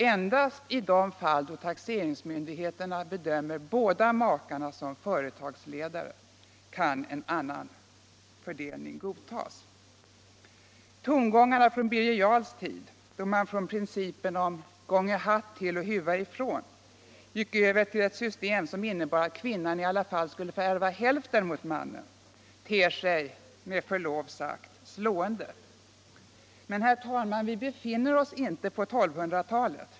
Endast i de fall då taxeringsmyndigheterna bedömer båda makarna som företagsledare kan en annan fördelning godtas. Tongångarna från Birger jarls tid, då man från principen Gånge hatt till och huva ifrån gick över till ett system som innebar att kvinnan i alla fall skulle få ärva hälften mot mannen, ter sig med förlov sagt slående. Men, herr talman, vi befinner oss inte på 1200-talet.